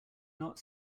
not